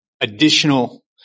additional